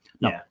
No